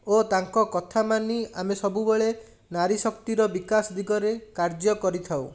ଓ ତାଙ୍କ କଥା ମାନି ଆମେ ସବୁବେଳେ ନାରୀଶକ୍ତିର ବିକାଶ ଦିଗରେ କାର୍ଯ୍ୟ କରିଥାଉ